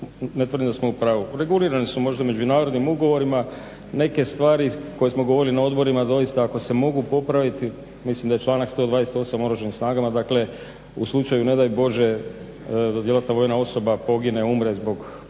ne tvrdim da samo u pravu, regulirani su možda međunarodnim ugovorima neke stvari koje smo govorili na odborima da doista ako se mogu popraviti mislim da je članak 128.o Oružanim snagama u slučaju ne daj Bože da djelatna vojna osoba pogine, umre zbog